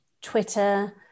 Twitter